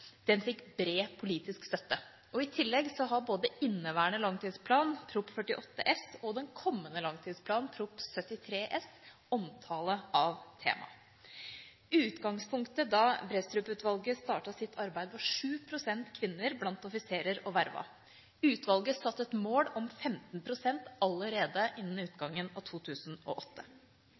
Den fikk bred politisk støtte. I tillegg har både den inneværende langtidsplanen, St.prp. nr. 48 for 2007–2008, og den kommende langtidsplanen, Prop. 73 S for 2011–2012, omtale av temaet. Utgangspunktet da Bredstrup-utvalget startet sitt arbeid, var 7 pst. kvinner blant offiserer og vervede. Utvalget satte et mål om 15 pst. allerede innen utgangen av 2008.